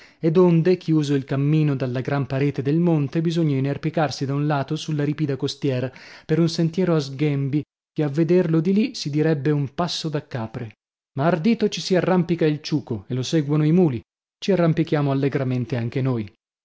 e donde chiuso il cammino dalla gran parete del monte bisogna inerpicarsi da un lato sulla ripida costiera per un sentiero a sghembi che a vederlo di lì si direbbe un passo da capre ma ardito ci si arrampica il ciuco e lo seguono i muli ci arrampichiamo allegramente anche noi